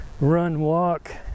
run-walk